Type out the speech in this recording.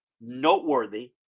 Noteworthy